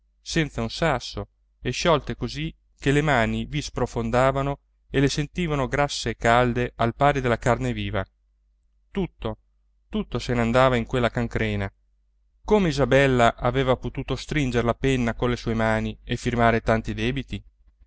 senza un sasso e sciolte così che le mani vi sprofondavano e le sentivano grasse e calde al pari della carne viva tutto tutto se ne andava in quella cancrena come isabella aveva potuto stringere la penna colle sue mani e firmare tanti debiti